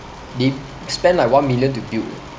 they spend like one million to build eh